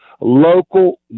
Local